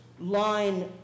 line